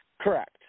Correct